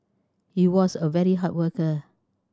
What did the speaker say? he was a very hard worker